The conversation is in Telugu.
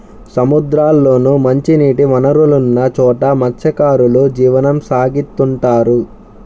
సముద్రాల్లోనూ, మంచినీటి వనరులున్న చోట మత్స్యకారులు జీవనం సాగిత్తుంటారు